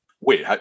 Wait